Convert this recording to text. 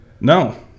No